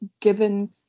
given